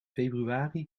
februari